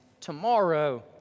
tomorrow